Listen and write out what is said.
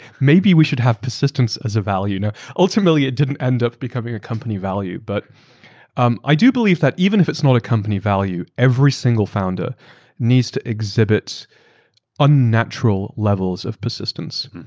maybe we should have persistence as a value now. a ultimately it didn't end up becoming a company value, but um i do believe that even if it's not a company value, every single founder needs to exhibit unnatural levels of persistence.